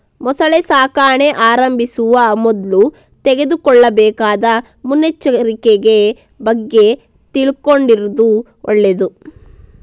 ಮೊಸಳೆ ಸಾಕಣೆ ಆರಂಭಿಸುವ ಮೊದ್ಲು ತೆಗೆದುಕೊಳ್ಳಬೇಕಾದ ಮುನ್ನೆಚ್ಚರಿಕೆ ಬಗ್ಗೆ ತಿಳ್ಕೊಂಡಿರುದು ಒಳ್ಳೇದು